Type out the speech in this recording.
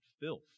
filth